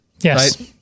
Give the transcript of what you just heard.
Yes